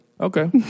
Okay